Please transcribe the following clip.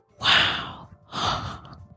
Wow